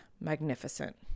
magnificent